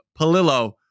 Palillo